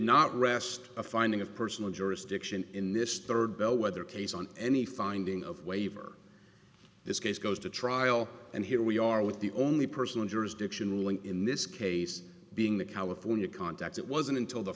not rest a finding of personal jurisdiction in this third bellwether case on any finding of waiver this case goes to trial and here we are with the only person jurisdiction ruling in this case being the california contacts it wasn't until the